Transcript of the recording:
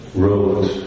wrote